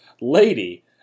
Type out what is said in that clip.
lady